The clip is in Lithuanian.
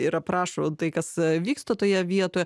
ir aprašo tai kas vyksta toje vietoje